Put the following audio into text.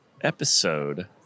episode